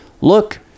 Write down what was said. Look